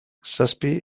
zazpi